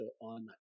on